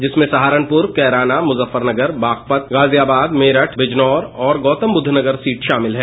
जिसमें सहारनपुर कैराना मुजफ्फरनगर बागपत गाजियाबाद मेरठ बिजनौर और गौतम बुद्ध नगर सीट शामिल हैं